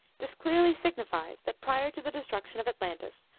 this clearly signifies that, prior to the destruction of atlantis,